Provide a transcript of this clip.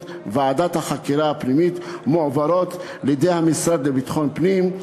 ועדת החקירה הפנימית מועברות לידי המשרד לביטחון פנים,